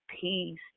peace